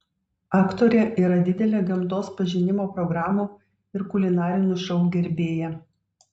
aktorė yra didelė gamtos pažinimo programų ir kulinarinių šou gerbėja